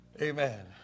amen